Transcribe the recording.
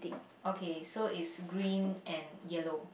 okay so is green and yellow